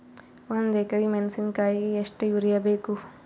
ಒಂದ್ ಎಕರಿ ಮೆಣಸಿಕಾಯಿಗಿ ಎಷ್ಟ ಯೂರಿಯಬೇಕು?